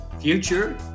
Future